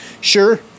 sure